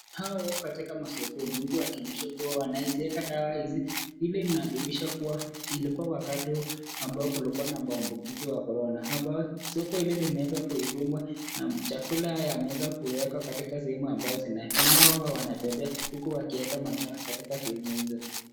Hawa katika masokoni huku wakionyesha kuwa wanaziweka dawa hizi, hili inadihirisha kuwa ilikuwa wakati ambao kulikuwa na maambukizi wa korona. Hapa, soko hili limeweza kufungwa na chakula yameweza kuwekwa katika sehemu ambazo zinaweza, nao hawa wanatembea huku wakiweka madawa katika sehemu hizo.